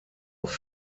auf